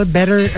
better